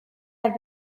have